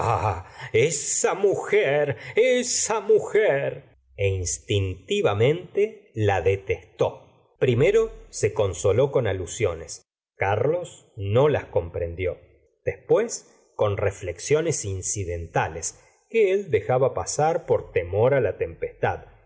esa mujer esa mujer e instintamente la detestó primero se consoló con alusiones carlos no las comprendió después tp gustavo flaubert con reflexiones incidentales que él dejaba pasar por temor la tempestad